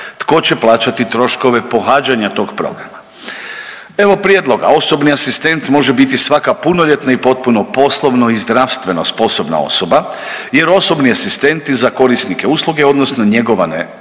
Tko će plaćati troškove pohađanja tog programa? Evo prijedloga, osobni asistent može biti svaka punoljetna i potpuno poslovno i zdravstveno sposobna osoba jer osobni asistenti za korisnike usluge odnosno njegovane osobe